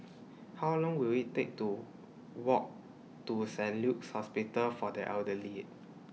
How Long Will IT Take to Walk to Saint Luke's Hospital For The Elderly